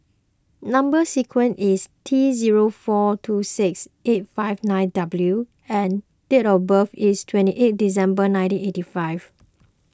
Number Sequence is T zero four two six eight five nine W and date of birth is twenty eight December nineteen eighty five